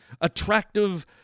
attractive